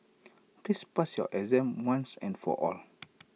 please pass your exam once and for all